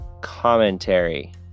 commentary